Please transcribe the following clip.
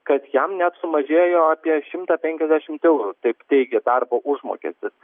kad jam net sumažėjo apie šimtą penkiasdešimt eurų taip teigė darbo užmokestis